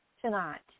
tonight